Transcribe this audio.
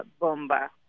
Bomba